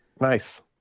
Nice